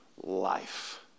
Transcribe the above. life